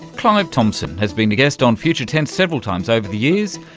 clive thompson has been a guest on future tense several times over the years.